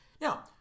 Now